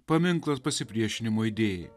paminklas pasipriešinimo idėjai